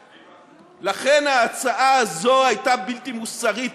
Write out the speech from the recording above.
לכן, ההצעה הזאת הייתה בלתי מוסרית.